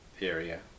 area